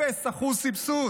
אפס אחוז סבסוד.